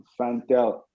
Fantel